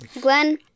Glenn